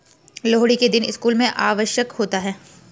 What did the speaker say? लोहड़ी के दिन स्कूल में अवकाश होता है